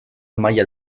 maila